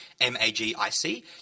M-A-G-I-C